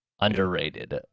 Underrated